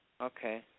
Okay